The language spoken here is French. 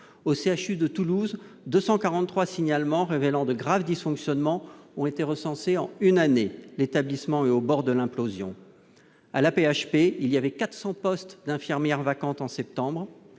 Au CHU de Toulouse, 243 signalements révélant de graves dysfonctionnements ont été recensés en une année. L'établissement est au bord de l'implosion. À l'AP-HP, il y avait 400 postes d'infirmières vacants en septembre.